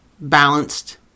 balanced